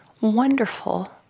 wonderful